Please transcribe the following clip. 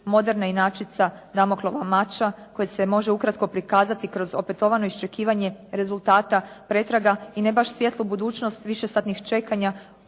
moderna inačica Damaklova mača koja se može ukratko prikazati kroz opetovano iščekivanje rezultata pretraga i ne baš svijetlu budućnost višesatnih čekanja